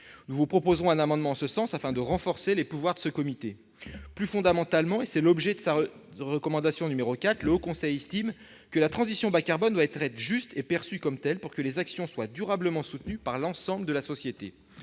Nous vous proposerons un amendement en ce sens. Plus fondamentalement, et c'est l'objet de sa recommandation n° 4, le Haut Conseil estime que la transition bas-carbone doit être juste et perçue comme telle, pour que les actions soient durablement soutenues par l'ensemble de la société.